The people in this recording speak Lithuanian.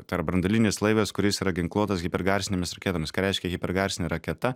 tai yra branduolinis laivas kuris yra ginkluotas hipergarsinėmis raketomis ką reiškia hipergarsinė raketa